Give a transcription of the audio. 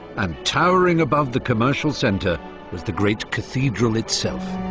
and towering above the commercial centre was the great cathedral itself.